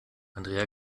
andrea